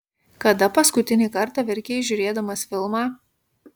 kada paskutinį kartą verkei žiūrėdamas filmą